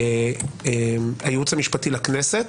הייעוץ המשפטי לכנסת,